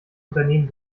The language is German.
unternehmen